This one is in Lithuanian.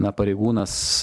na pareigūnas